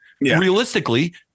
realistically